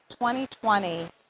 2020